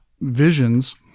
visions